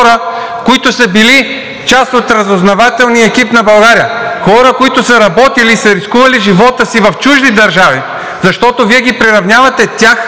които са били част от разузнавателния екип на България, хора, които са работили и са рискували живота си в чужди държави, защото Вие ги приравнявате тях